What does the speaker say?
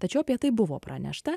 tačiau apie tai buvo pranešta